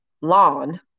lawn